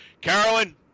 Carolyn